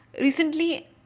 Recently